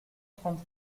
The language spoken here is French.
trente